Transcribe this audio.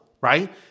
right